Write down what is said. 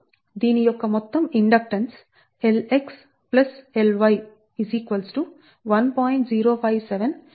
దీని యొక్క మొత్తం ఇండక్టెన్స్ Lx Ly 1